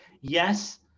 Yes